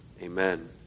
Amen